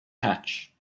hatch